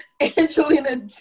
Angelina